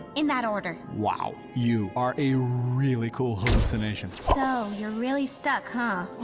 in that order. wow, you are a really cool hallucination. so, you're really stuck, huh?